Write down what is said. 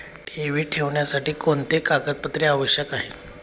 ठेवी ठेवण्यासाठी कोणते कागदपत्रे आवश्यक आहे?